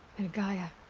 and gaia.